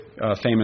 famous